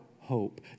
hope